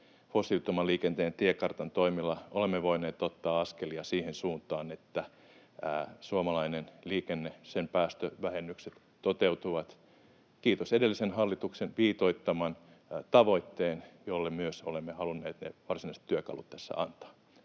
fossiilittoman liikenteen tiekartan toimilla olemme voineet ottaa askelia siihen suuntaan, että suomalaisen liikenteen päästövähennykset toteutuvat, kiitos edellisen hallituksen viitoittaman tavoitteen, jolle myös olemme halunneet ne varsinaiset työkalut tässä antaa.